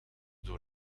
door